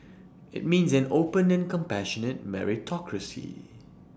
IT means an open and compassionate meritocracy